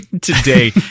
today